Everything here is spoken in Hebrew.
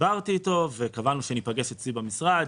דיברתי איתו, קבענו שניפגש אצלי במשרד.